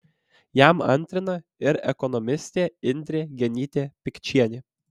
jam antrina ir ekonomistė indrė genytė pikčienė